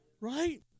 right